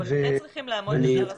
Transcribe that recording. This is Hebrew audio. אבל הם כן צריכים לעמוד --- התנאים.